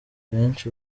benshi